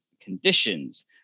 conditions